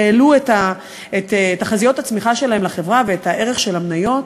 ומעלים את תחזיות הצמיחה שלהם לחברה ואת הערך של המניות,